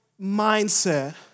mindset